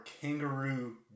kangaroo